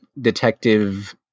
detective